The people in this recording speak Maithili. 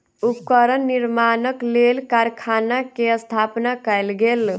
उपकरण निर्माणक लेल कारखाना के स्थापना कयल गेल